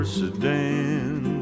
sedan